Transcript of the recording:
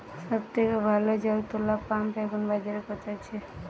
সব থেকে ভালো জল তোলা পাম্প এখন বাজারে কত আছে?